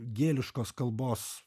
gėliškos kalbos